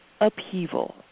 upheaval